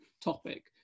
topic